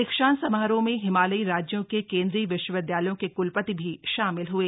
दीक्षांत समारोह में हिमालयी राज्यों के केन्द्रीय विश्वविद्यालयों के क्लपति भी शामिल हुए